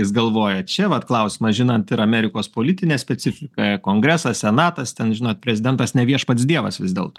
jis galvoja čia vat klausimas žinant ir amerikos politinę specifiką kongresas senatas ten žinot prezidentas ne viešpats dievas vis dėlto